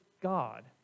God